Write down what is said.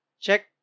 check